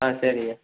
ஆ சரிங்க